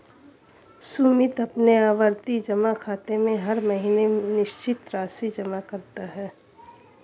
सुमित अपने आवर्ती जमा खाते में हर महीने निश्चित राशि जमा करता है